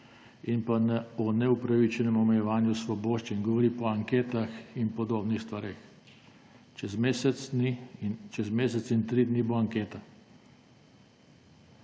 in o neupravičenem omejevanju svoboščin, govori pa o anketah in podobnih stvareh. Čez mesec in tri dni bo anketa.